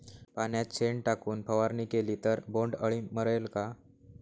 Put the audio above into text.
पाण्यात शेण टाकून फवारणी केली तर बोंडअळी मरेल का?